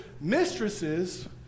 Mistresses